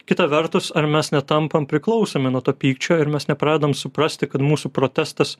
kita vertus ar mes netampam priklausomi nuo to pykčio ir mes nepradedam suprasti kad mūsų protestas